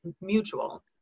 mutual